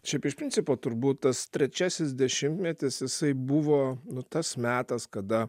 šiaip iš principo turbūt tas trečiasis dešimtmetis jisai buvo nu tas metas kada